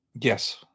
Yes